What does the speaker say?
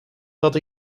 dat